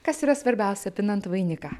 kas yra svarbiausia pinant vainiką